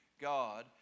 God